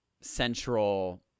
central